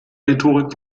rhetorik